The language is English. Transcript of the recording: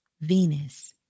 Venus